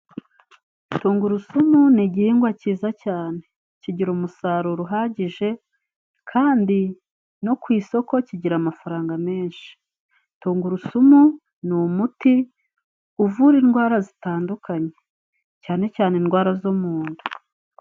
Tungurusumu ni igihingwa cyiza cyane kigira umusaruro uhagije kandi no ku isoko kigira amafaranga menshi. Tungurusumu ni umuti uvura indwara zitandukanye cyane cyane indwara zo mu nda.